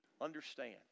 understand